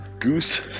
goose